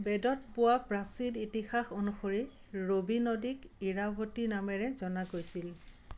বেদত পোৱা প্ৰাচীন ইতিহাস অনুসৰি ৰবি নদীক ইৰাৱতী নামেৰে জনা গৈছিল